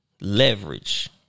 Leverage